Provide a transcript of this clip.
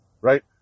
Right